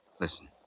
Listen